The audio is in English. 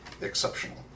exceptional